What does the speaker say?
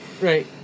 right